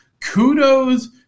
kudos